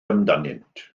amdanynt